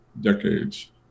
decades